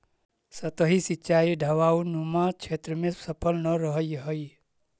सतही सिंचाई ढवाऊनुमा क्षेत्र में सफल न रहऽ हइ